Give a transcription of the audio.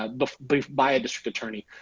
um but by by a district attorney,